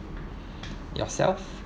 yourself